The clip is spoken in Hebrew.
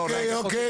אוקיי,